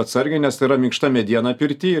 atsargiai nes tai yra minkšta mediena pirty